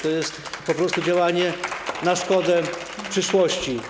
To jest po prostu działanie na szkodę przyszłości.